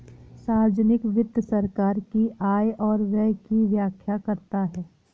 सार्वजिक वित्त सरकार की आय और व्यय की व्याख्या करता है